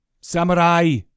Samurai